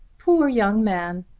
poor young man!